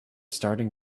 starting